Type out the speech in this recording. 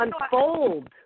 unfold